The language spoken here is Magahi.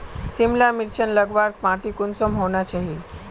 सिमला मिर्चान लगवार माटी कुंसम होना चही?